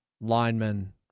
linemen